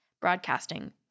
broadcasting